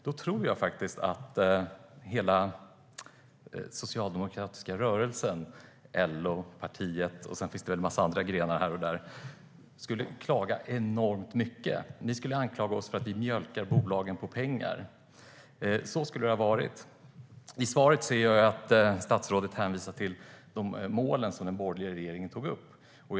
Jag tror att hela den socialdemokratiska rörelsen - LO, partiet och en massa andra grenar här och där - skulle klaga enormt mycket och anklaga oss för att mjölka bolagen på pengar. Så skulle det ha varit. I svaret hänvisar statsrådet till målen som den borgerliga regeringen antog.